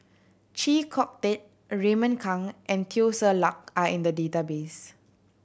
Chee Kong Tet Raymond Kang and Teo Ser Luck are in the database